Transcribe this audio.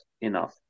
enough